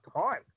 time